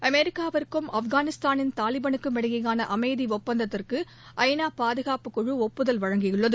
அமெரிக்காவுக்கும் ஆப்கானிஸ்தானின் தாலிபானுக்கும் இடையேயான அமைதி ஒப்பந்தத்திற்கு ஐ நா பாதுகாப்புக் குழு ஒப்புதல் அளித்துள்ளது